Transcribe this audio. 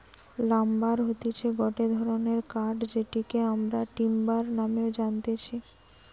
lumber হতিছে গটে ধরণের কাঠ যেটিকে আমরা টিম্বার নামেও জানতেছি